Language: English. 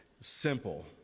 simple